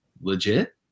legit